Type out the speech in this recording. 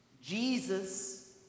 Jesus